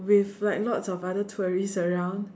with like lots of other tourists around